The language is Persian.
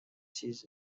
چیز